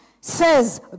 says